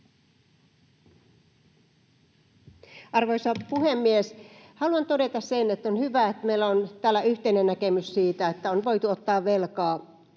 Arvoisa puhemies! Haluan todeta, että on hyvä, että meillä on täällä yhteinen näkemys siitä, että on voitu ottaa velkaa